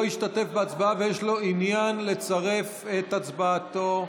השתתף בהצבעה ויש לו עניין לצרף את הצבעתו?